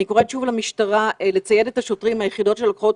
אני קוראת שוב למשטרה לצייד את השוטרים ביחידות שלוקחות